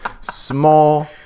Small